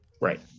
right